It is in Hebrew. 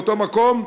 באותו מקום.